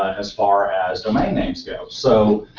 ah as far as domain names go. so,